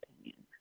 opinion